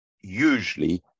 usually